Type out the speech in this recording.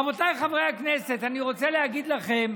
רבותיי חברי הכנסת, אני רוצה להגיד לכם: